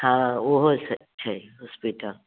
हाँ ओहो छै छै हॉस्पिटल